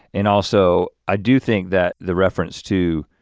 and also i do think that the reference to